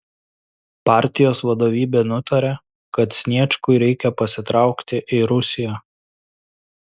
partijos vadovybė nutarė kad sniečkui reikia pasitraukti į rusiją